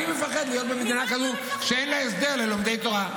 אני מפחד להיות במדינה כזאת שאין לה הסדר ללומדי תורה.